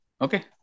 Okay